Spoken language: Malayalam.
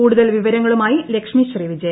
കൂടുതൽ വിവരങ്ങളുമായി ലക്ഷ്മി ശ്രീ വിജയ